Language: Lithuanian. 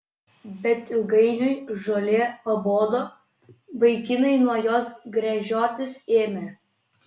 bet ilgainiui žolė pabodo vaikinai nuo jos gręžiotis ėmė